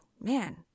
man